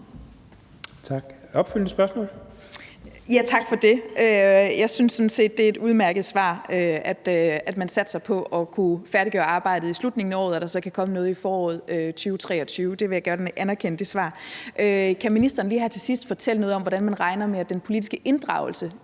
Marie Bjerre (V): Ja tak. Jeg synes sådan set, det er et udmærket svar, at man satser på at kunne færdiggøre arbejdet i slutningen af året og der så kan komme noget i foråret 2023. Det svar vil jeg gerne anerkende. Kan ministeren lige her til sidst fortælle noget om, hvordan man regner med at den politiske inddragelse